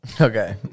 Okay